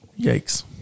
Yikes